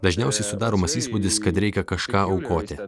dažniausiai sudaromas įspūdis kad reikia kažką aukoti